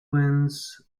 winds